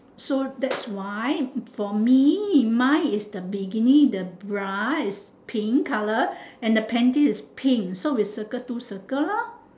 so that's why for me mine is the bikini the bra is pink colour and the panty is pink so we circle two circle lor